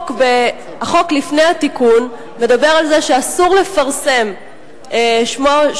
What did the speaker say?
החוק לפני התיקון מדבר על זה שאסור לפרסם שמו